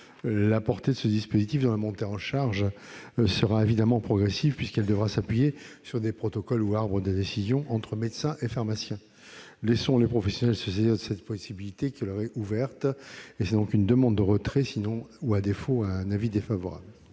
la portée de ce dispositif dont la montée en charge sera évidemment progressive, puisqu'elle devra s'appuyer sur des protocoles, ou « arbres de décisions », entre médecins et pharmaciens. Laissons les professionnels se saisir de cette possibilité qui leur est ouverte. Je vous demande donc de bien vouloir retirer